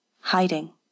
hiding